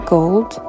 Gold